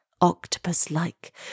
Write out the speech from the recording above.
Octopus-like